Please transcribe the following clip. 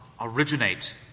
originate